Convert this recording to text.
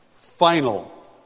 Final